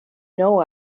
know